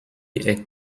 est